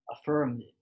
affirmed